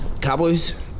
Cowboys